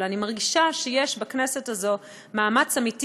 אבל אני מרגישה שיש בכנסת הזאת מאמץ אמיתי